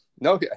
No